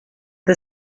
the